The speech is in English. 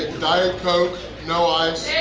diet coke, no ice.